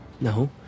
No